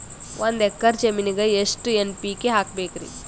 ಒಂದ್ ಎಕ್ಕರ ಜಮೀನಗ ಎಷ್ಟು ಎನ್.ಪಿ.ಕೆ ಹಾಕಬೇಕರಿ?